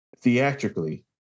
theatrically